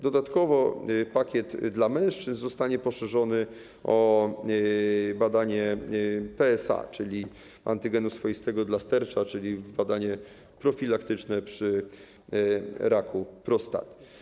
Dodatkowo pakiet dla mężczyzn zostanie poszerzony o badanie PSA, czyli antygenu swoistego dla stercza, czyli badanie profilaktyczne przy raku prostaty.